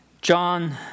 John